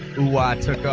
was to